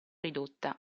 ridotta